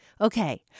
Okay